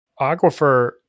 Aquifer